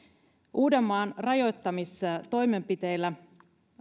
uudenmaan rajoittamistoimenpiteillä